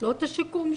לא את השיקום שלה,